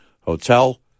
hotel